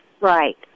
right